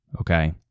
Okay